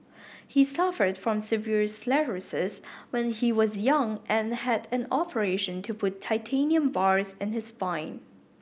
he suffered from severe sclerosis when he was young and had an operation to put titanium bars in his spine